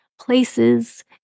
places